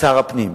שר הפנים,